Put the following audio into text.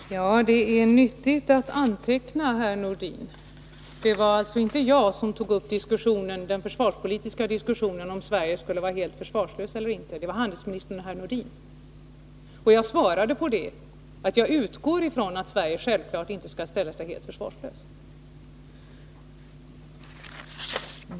Fru talman! Det är nyttigt att anteckna, herr Nordin. Det var inte jag som tog upp den försvarspolitiska diskussionen om Sverige skulle vara helt försvarslöst eller inte — det var handelsministern och herr Nordin. Jag svarade på de inläggen att jag utgår ifrån att Sverige inte skall ställa sig helt försvarslöst.